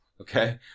Okay